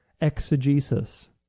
exegesis